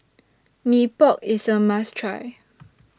Mee Pok IS A must Try